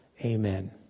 Amen